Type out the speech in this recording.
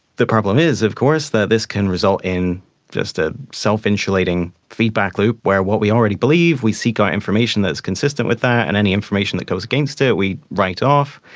the problem is of course that this can result in just a self-insulating feedback loop where what we already believe we seek out ah information that is consistent with that and any information that goes against it we write off.